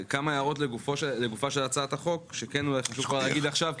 כמה הערות לגופה של הצעת החוק שאולי כן חשוב להגיד כבר עכשיו,